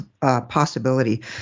possibility